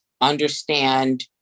Understand